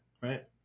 right